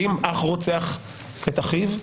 ואם אח רוצח את אחיו?